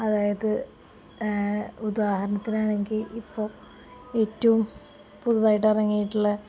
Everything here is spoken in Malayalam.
അതായത് ഉദാഹരണത്തിനാണെങ്കില് ഇപ്പോള് ഏറ്റവും പുതിയതായിട്ട് ഇറങ്ങിയിട്ടുള്ള